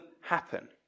happen